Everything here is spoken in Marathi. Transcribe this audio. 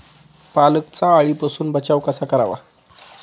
पालकचा अळीपासून बचाव कसा करावा?